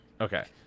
Okay